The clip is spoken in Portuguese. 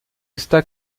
está